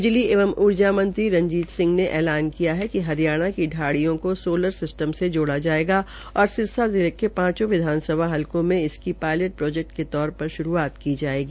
बिजली एवं ऊर्जामंत्री रणजीत सिंह ने ऐलान किया है कि हरियाणा की शाणियों को सोलर सिस्टम से जोड़ा जायेंगा और सिरसा जिले के पांचों विधानसभाओं हलकों में इसकी पायलट प्रोजेक्ट के तौर पर शुरूआत की जायेगी